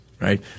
Right